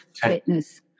fitness